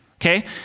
okay